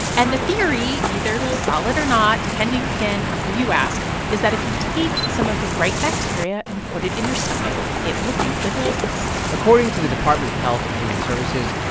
and the theory either solid or not, depending, again, on who you ask is that if you take some of the right bacteria and put it in your stomach, it will do good things according to the department of health and human services,